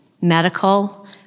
medical